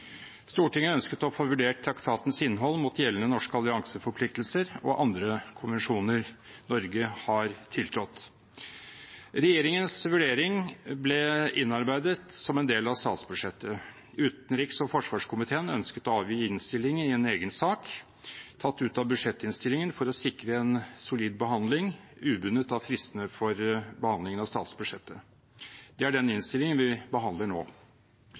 Stortinget ønsket å få vurdert traktatens innhold mot gjeldende norske allianseforpliktelser og andre konvensjoner Norge har tiltrådt. Regjeringens vurdering ble innarbeidet som en del av statsbudsjettet. Utenriks- og forsvarskomiteen ønsket å avgi innstilling i en egen sak, tatt ut av budsjettinnstillingen, for å sikre en solid behandling, ubundet av fristene for behandlingen av statsbudsjettet. Det er den innstillingen vi behandler nå.